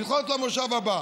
לדחות למושב הבא.